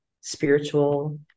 spiritual